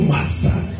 Master